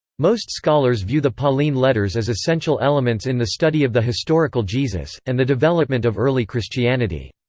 most scholars view the pauline letters as essential elements in the study of the historical jesus, and the development of early christianity.